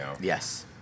Yes